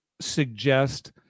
suggest